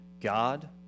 God